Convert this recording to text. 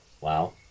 Wow